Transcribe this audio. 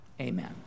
amen